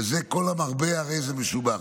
בזה כל המרבה הרי זה משובח.